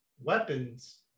weapons